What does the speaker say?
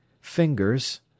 fingers